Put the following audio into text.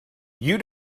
you